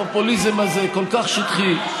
הפופוליזם הזה כל כך שטחי,